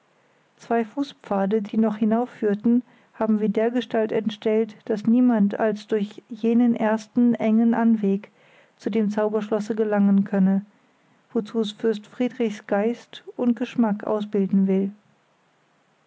zwei fußpfade die noch hinaufführten haben wir dergestalt entstellt daß niemand als durch jenen ersten engen anweg zu dem zauberschlosse gelangen könne wozu es fürst friedrichs geist und geschmack ausbilden will